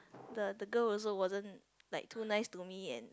the the girl also wasn't like too nice to me and